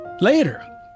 Later